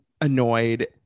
annoyed